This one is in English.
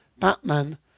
Batman